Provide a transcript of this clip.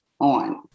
on